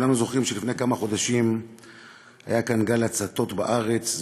כולנו זוכרים שלפני כמה חודשים היה כאן גל הצתות בארץ.